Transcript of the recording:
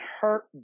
hurt